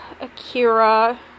Akira